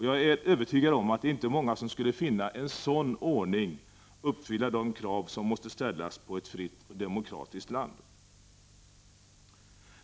Jag är övertygad om att det inte är många som skulle tycka att en sådan ordning uppfyller de krav som måste kunna ställas i ett fritt och demokratiskt land.